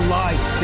life